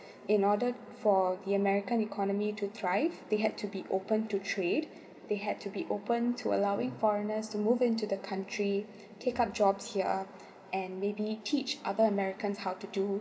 in order for the american economy to thrive they had to be open to trade they had to be open to allowing foreigners to move into the country take up jobs here and maybe teach other americans how to do